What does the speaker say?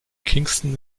kingston